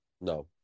No